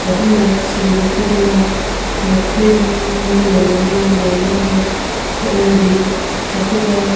ꯑꯍꯨꯝꯂꯛ ꯁꯦꯡꯗꯣꯛꯄꯤꯗꯨꯅ ꯃꯈꯣꯏꯕꯨ ꯂꯨꯅ ꯅꯥꯟꯅ ꯂꯩꯅꯕ ꯍꯣꯠꯅꯕꯤ ꯑꯗꯨꯒ